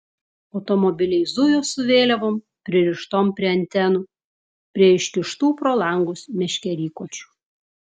automobiliai zujo su vėliavom pririštom prie antenų prie iškištų pro langus meškerykočių